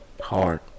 Hard